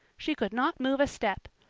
she could not move a step.